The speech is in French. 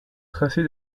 tracé